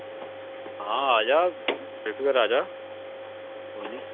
ਹਾਂ ਆਜਾ ਬੇਫਿਕਰ ਆਜਾ ਕੋਈ ਨਹੀਂ